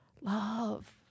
love